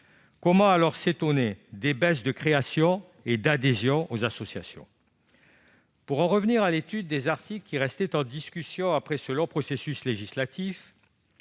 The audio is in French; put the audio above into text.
Comment, alors, s'étonner des baisses de création et d'adhésion aux associations ? Pour en revenir à l'étude des articles qui restaient en discussion après ce long processus législatif,